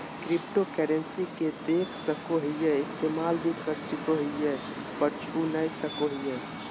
cryptocurrency के देख सको हीयै इस्तेमाल भी कर सको हीयै पर छू नय सको हीयै